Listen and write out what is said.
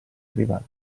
arrivati